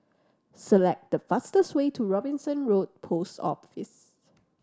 select the fastest way to Robinson Road Post Office